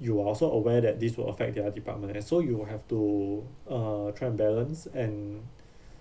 you are also aware that this will affect their department and so you will have to uh try and balance and